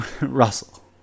Russell